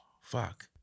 fuck